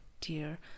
dear